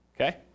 okay